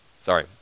Sorry